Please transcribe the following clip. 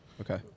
Okay